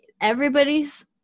everybody's